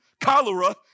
cholera